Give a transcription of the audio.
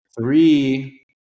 Three